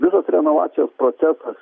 visas renovacijos procesas